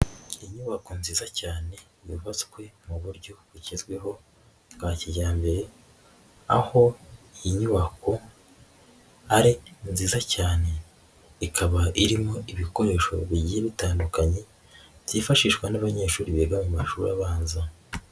Inyubako nziza cyane yubatswe mu buryo bugezweho bwa kijyambere, aho inyubako ari nziza cyane, ikaba irimo ibikoresho bigiye bitandukanye, byifashishwa n'abanyeshuri biga mu mashuri abanza.